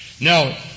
Now